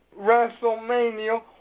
Wrestlemania